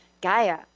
Gaia